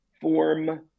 form